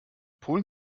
polen